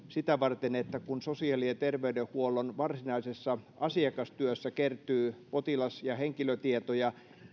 sitä varten että kun sosiaali ja terveydenhuollon varsinaisessa asiakastyössä kertyy potilas ja henkilötietoja